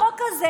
החוק הזה,